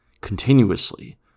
continuously